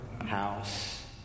house